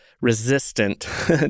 resistant